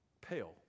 pale